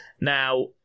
Now